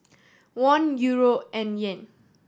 Won Euro and Yen